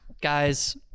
guys